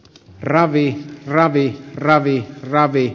ravi ravi ravi ravi